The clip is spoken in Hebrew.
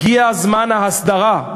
הגיע זמן ההסדרה.